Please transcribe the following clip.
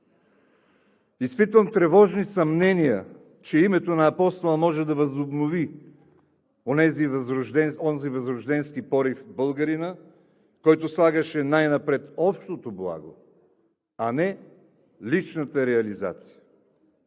тревожни съмнения, че името на Апостола може да възобнови онзи възрожденски порив у българина, който слагаше най-напред общото благо, а не личната реализация.